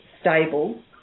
stable